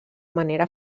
manera